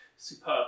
Superb